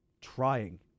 trying